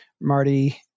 Marty